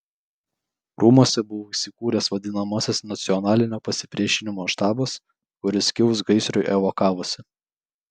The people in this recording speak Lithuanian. rūmuose buvo įsikūręs vadinamasis nacionalinio pasipriešinimo štabas kuris kilus gaisrui evakavosi